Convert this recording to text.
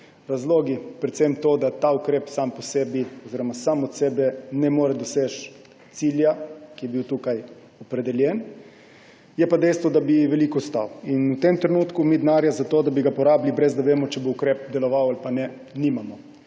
razlogi, predvsem to, da ta ukrep sam od sebe ne more doseči cilja, ki je bil tukaj opredeljen. Je pa dejstvo, da bi veliko stal. V tem trenutku mi denarja za to, da bi ga porabili, ne da vemo, ali bo ukrep deloval ali ne, nimamo.